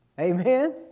Amen